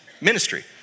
ministry